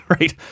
right